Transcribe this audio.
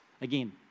again